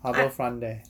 harbourfront there